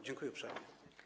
Dziękuję uprzejmie.